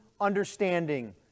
understanding